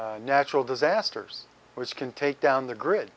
natural disasters which can take down the grid